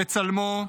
בצלמו,